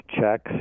checks